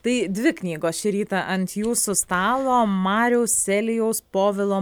tai dvi knygos šį rytą ant jūsų stalo mariaus elijaus povilo